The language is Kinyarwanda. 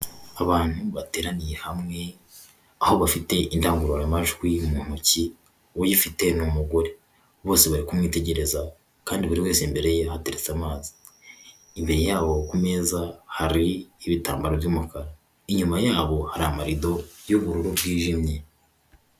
Abantu bateraniye hamwe, aho bafite indangururamajwi mu ntoki, uyifite ni umugore, bose bari kumwitegereza kandi buri wese imbere ye hatereretse amazi, imbere yabo ku meza hari ibitambaro by'umukara, inyuma yabo hari amarido y'ubururu bwijimye.